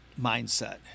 mindset